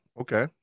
Okay